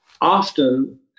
Often